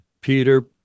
Peter